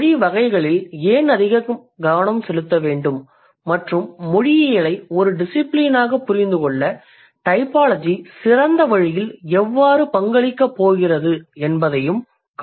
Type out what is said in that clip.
மொழி வகைகளில் ஏன் அதிக கவனம் செலுத்த வேண்டும் மற்றும் மொழியியலை ஒரு டிசிபிலினாக புரிந்து கொள்ள டைபாலஜி சிறந்த வழியில் எவ்வாறு பங்களிக்கப் போகிறது என்பதையும் காண்போம்